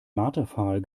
marterpfahl